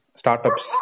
startups